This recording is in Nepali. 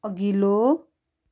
अघिल्लो